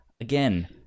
again